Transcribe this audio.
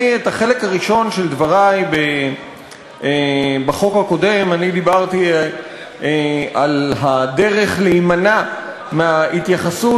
בחלק הראשון של דברי בחוק הקודם דיברתי על הדרך להימנע מההתייחסות